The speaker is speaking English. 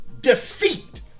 defeat